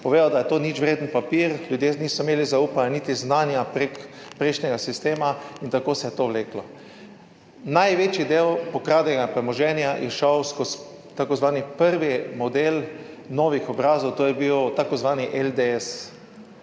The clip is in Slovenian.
povedal, da je to ničvreden papir. Ljudje niso imeli zaupanja, niti znanja, preko prejšnjega sistema in tako se je to vleklo. Največji del pokradenega premoženja je šel skozi tako zvani prvi model novih obrazov. To je bil tako zvani LDS.